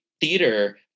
theater